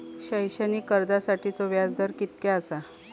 शैक्षणिक कर्जासाठीचो व्याज दर कितक्या आसा?